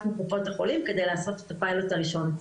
מקופות החולים כדי לעשות את הפיילוט הראשון.